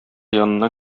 янына